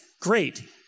great